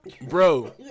Bro